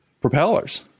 propellers